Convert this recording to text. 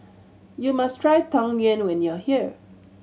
you must try Tang Yuen when you are here